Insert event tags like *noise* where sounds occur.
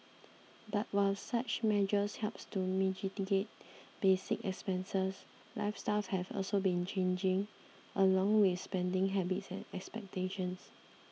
but while such measures help to *unintelligible* basic expenses lifestyles have also been changing along with spending habits and expectations